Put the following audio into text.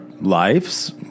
lives